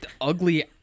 ugly